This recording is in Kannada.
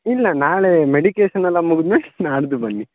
ಇಲ್ಲ ನಾಳೆ ಮೆಡಿಕೇಷನ್ ಎಲ್ಲ ಮುಗಿದ್ಮೇಲೆ ನಾಡಿದ್ದು ಬನ್ನಿ